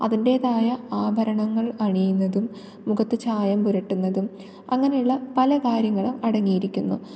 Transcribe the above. അതിൻറ്റേതായ ആഭരണങ്ങൾ അണിയുന്നതും മുഖത്ത് ചായം പുരട്ടുന്നതും അങ്ങനെയുള്ള പല കാര്യങ്ങളും അടങ്ങിയിരിക്കുന്നു